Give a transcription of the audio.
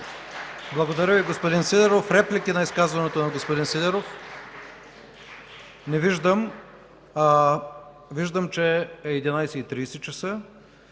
Благодаря Ви, господин Сидеров. Има ли реплики на изказването на господин Сидеров? Не виждам. Виждам, че е 11,30 ч.,